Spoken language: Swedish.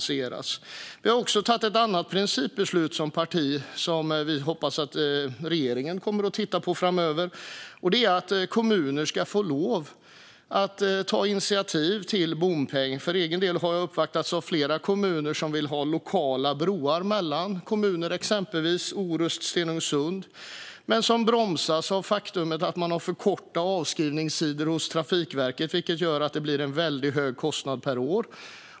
Vi har som parti också tagit ett annat principbeslut som vi hoppas att regeringen kommer att titta på framöver, och det är att kommuner ska få lov att ta initiativ till bompeng. För egen del har jag uppvaktats av flera kommuner som vill ha lokala broar mellan kommuner, exempelvis Orust-Stenungsund, men som bromsas av det faktum att man har för korta avskrivningstider hos Trafikverket, vilket gör att det blir en väldigt hög kostnad per år.